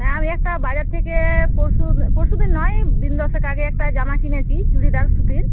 হ্যাঁ আমি একটা বাজার থেকে পরশু পরশুদিন নয় দিন দশেক আগে একটা জামা কিনেছি চুড়িদার সুতির